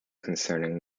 concerning